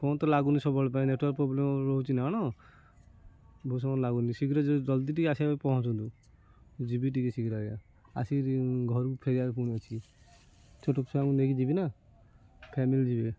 phone ତ ଲାଗୁନି ସବୁବେଳେ ପାଇଁ ନେଟୱାର୍କ ପ୍ରୋବ୍ଲେମ୍ ରହୁଛି ନା ବହୁତ ସମୟ ଲାଗୁନି ଶୀଘ୍ର ଜଲ୍ଦି ଟିକେ ଆସିବା ପାଇଁ ପହଞ୍ଚନ୍ତୁ ଯିବି ଟିକେ ଶୀଘ୍ର ଆଜ୍ଞା ଆସିକି ଘରକୁ ଫେରିବାକୁ ପୁଣି ଅଛି ଛୋଟ ଛୁଆଙ୍କୁ ନେଇକି ଯିବି ନା ଫ୍ୟାମିଲି ଯିବେ